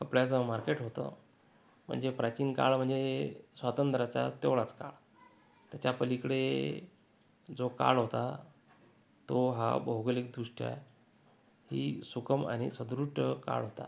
कपड्याचं मार्केट होतं म्हणजे प्राचीन काळ म्हणजे स्वातंत्र्याचा तेवढाच काळ त्याच्या पलीकडे जो काळ होता तो हा भौगोलिकदृष्ट्याही सुकम आणि सदृढ काळ होता